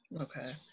Okay